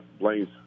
blames